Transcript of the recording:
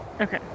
Okay